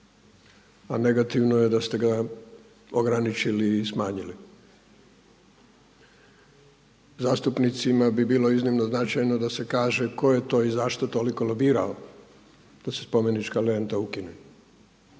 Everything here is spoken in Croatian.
a negativno je da ste ga ograničili i smanjili. Zastupnicima bi bilo iznimno značajno da se kaže tko je to i zašto toliko lobirao da se spomenička renta ukine.